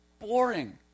boring